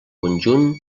conjunt